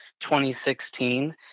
2016